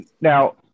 Now